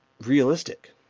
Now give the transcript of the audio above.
realistic